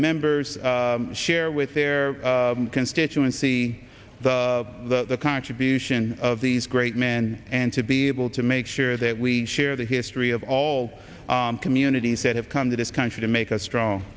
members share with their constituency the contribution of these great men and to be able to make sure that we share the history of all communities that have come to this country to make us strong